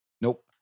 Nope